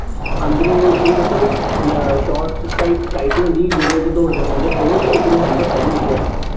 अन्दरों दे उप्परों मतलब शार्टस टाइप टाईटी होंदी जेह्दे बिच्च दौड़दे न बंदे ते उप्परो सैंड पाई दी होंदी ऐ